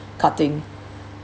cutting